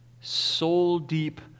soul-deep